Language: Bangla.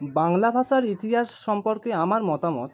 বাংলা ভাষার ইতিহাস সম্পর্কে আমার মতামত